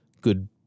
good